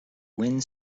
wind